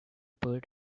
poet